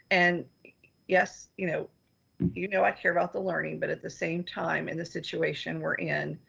and yes you know you know i care about the learning, but at the same time in the situation we're in,